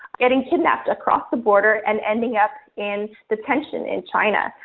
getting kidnapped across the border and ending up in detention in china.